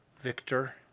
Victor